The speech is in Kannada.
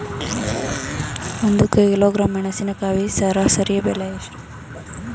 ಒಂದು ಕಿಲೋಗ್ರಾಂ ಮೆಣಸಿನಕಾಯಿ ಸರಾಸರಿ ಬೆಲೆ ಎಷ್ಟು?